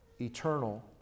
eternal